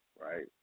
right